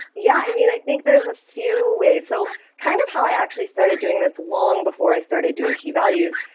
yeah. i mean, i think there is a few ways. so kind of how i actually started doing this long before i started doing key values.